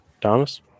thomas